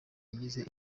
yagize